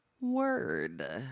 Word